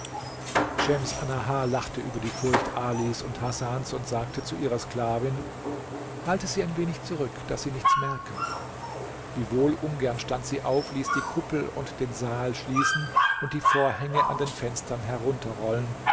schems annahar lachte über die furcht alis und hasans und sagte zu ihrer sklavin halte sie ein wenig zurück daß sie nichts merken wiewohl ungern stand sie auf ließ die kuppel und den saal schließen und die vorhänge an den fenstern herunterrollen